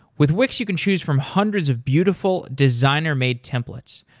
with wix, you can choose from hundreds of beautiful, designer-made templates.